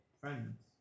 friends